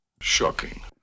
Shocking